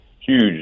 huge